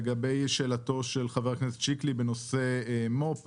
לגבי שאלתו של חה"כ שיקלי בנושא מו"פ,